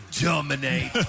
dominate